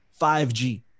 5G